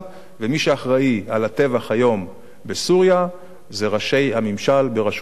ומי שאחראי לטבח היום בסוריה אלה ראשי הממשל בראשות אסד.